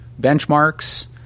benchmarks